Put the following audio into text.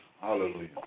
Hallelujah